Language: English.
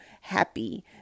happy